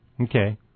Okay